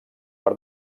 per